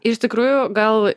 iš tikrųjų gal